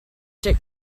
stay